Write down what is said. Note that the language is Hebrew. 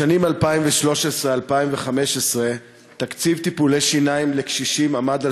בשנים 2013 2015 תקציב טיפולי שיניים לקשישים עמד על